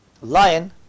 Lion